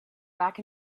back